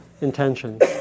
intentions